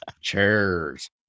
Cheers